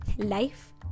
Life